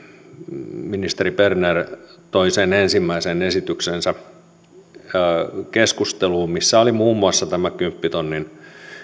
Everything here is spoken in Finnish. ministeri berner toi keskusteluun sen ensimmäisen esityksensä missä oli muun muassa tämä kymppitonnin